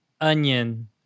Onion